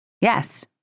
Yes